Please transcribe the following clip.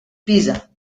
pisa